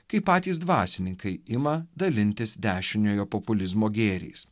kai patys dvasininkai ima dalintis dešiniojo populizmo gėriais